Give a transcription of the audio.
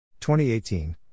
2018